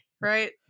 right